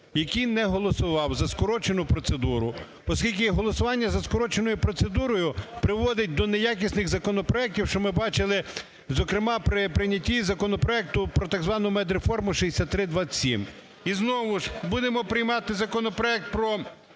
які не голосували за скорочену процедуру. Оскільки голосування за скороченою процедурою приводить до неякісних законопроектів, що ми бачили, зокрема, при прийнятті законопроекту про так звану медреформу, 6327, і знову будемо приймати законопроект про